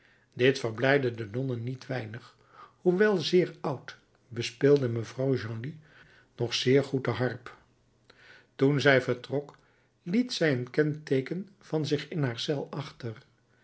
dit verblijdde de nonnen niet weinig hoewel zeer oud bespeelde mevrouw de genlis nog zeer goed de harp toen zij vertrok liet zij een kenteeken van zich in haar cel achter